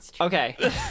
Okay